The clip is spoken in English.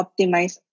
optimize